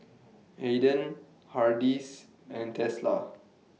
Aden Hardy's and Tesla